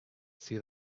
see